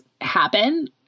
happen